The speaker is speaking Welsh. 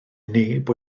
neb